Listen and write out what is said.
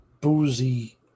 boozy